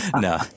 no